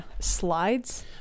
slides